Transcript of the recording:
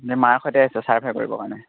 মাৰ সৈতে আহিছে কৰিবৰ কাৰণে